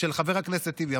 של חבר הכנסת טיבי.